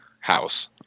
house